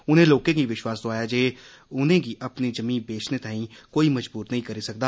उनें लोकें गी विश्वास दोआया जे उनेंगी अपनी जिमीं बेचने तांई कोई मजबूर नेई करी सकदा